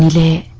a a